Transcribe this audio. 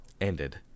ended